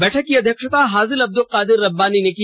बैठक की अध्यक्षता हाजी अब्दुल कादिर रब्बानी ने की